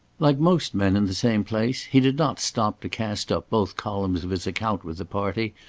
like most men in the same place, he did not stop to cast up both columns of his account with the party,